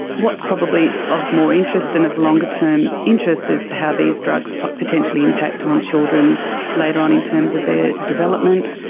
what's probably of more interest and of longer term interest is how these drugs but potentially impact on children later on in terms of their development,